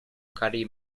carey